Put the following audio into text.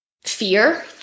Fear